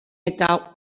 eta